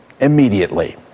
immediately